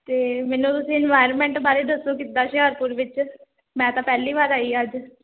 ਅਤੇ ਮੈਨੂੰ ਤੁਸੀਂ ਇਨਵਾਇਰਮੈਂਟ ਬਾਰੇ ਦੱਸੋ ਕਿੱਦਾਂ ਹੁਸ਼ਿਆਰਪੁਰ ਵਿੱਚ ਮੈਂ ਤਾਂ ਪਹਿਲੀ ਵਾਰ ਆਈ ਹਾਂ ਅੱਜ